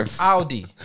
Audi